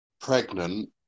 pregnant